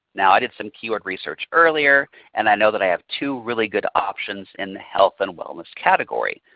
now i did some keyword research earlier and i know that i have two really good options in the health and wellness category.